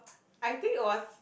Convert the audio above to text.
I think it was